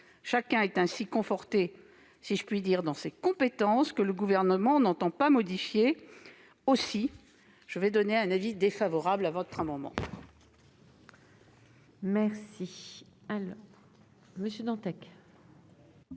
Chacun est ainsi conforté, si je puis dire, dans ses compétences, que le Gouvernement n'entend pas modifier. J'émets donc un avis défavorable sur cet